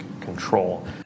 control